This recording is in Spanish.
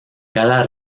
cada